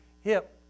hip